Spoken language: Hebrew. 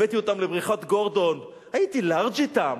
הבאתי אותם לבריכת גורדון, הייתי לארג' אתם,